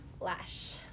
Lash